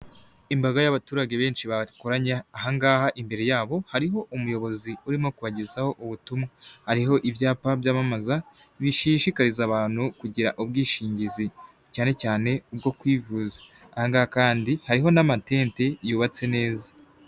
Imbaga y'abaturage benshi bakoranya. Aha ngaha imbere yabo hariho umuyobozi urimo kubagezaho ubutumwa. Hariho ibyapa byamamaza, bishishikariza abantu kugira ubwishingizi cyane cyane bwo kwivuza. Aha ngaha kandi hariho n'amatente yubatse neza.